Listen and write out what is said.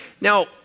Now